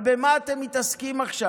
אבל במה אתם מתעסקים עכשיו?